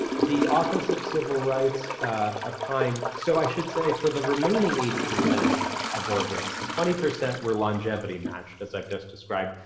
the office of civil rights ah opined. so i should say, for the remaining eighty percent of organs, the twenty percent were longevity matched, as i've just described.